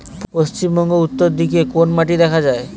পশ্চিমবঙ্গ উত্তর দিকে কোন মাটি দেখা যায়?